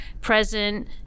present